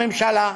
הממשלה,